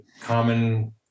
common